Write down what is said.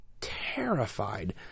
terrified